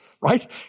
right